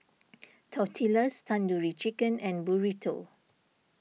Tortillas Tandoori Chicken and Burrito